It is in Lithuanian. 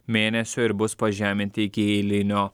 mėnesio ir bus pažeminti iki eilinio